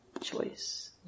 choice